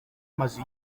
maze